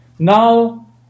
Now